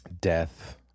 death